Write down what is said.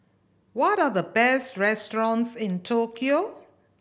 what are the best restaurants in Tokyo